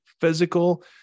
physical